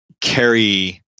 carry